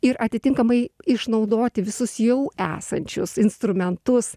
ir atitinkamai išnaudoti visus jau esančius instrumentus